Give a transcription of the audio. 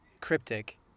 cryptic